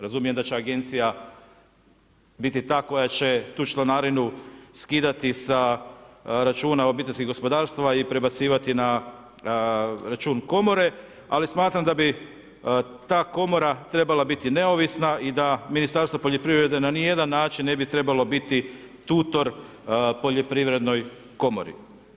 Razumijem da će agencija biti ta koja će tu članarinu skidati sa računa obiteljskih gospodarstava i prebacivati na račun komore, ali smatram da bi ta komora trebala biti neovisna i da Ministarstvo poljoprivrede na nijedan način ne bi trebala biti tutor poljoprivrednoj komori.